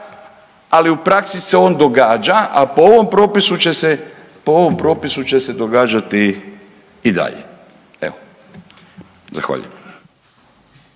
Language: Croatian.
ali u praksi se on događa, a po ovom propisu će se događati i dalje. Evo zahvaljujem.